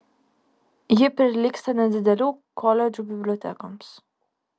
ji prilygsta nedidelių koledžų bibliotekoms